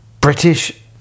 british